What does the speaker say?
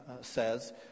says